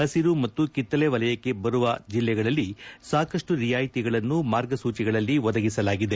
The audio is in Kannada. ಪಸಿರು ಮತ್ತು ಕಿತ್ತಳೆ ವಲಯಕ್ಕೆ ಬರುವ ಜಿಲ್ಲೆಗಳಲ್ಲಿ ಸಾಕ ಸ್ವ ವಿನಾಯಿತಿಗಳನ್ನು ಮಾರ್ಗಸೂಚಿಗಳಲ್ಲಿ ಒದಗಿಸಲಾಗಿದೆ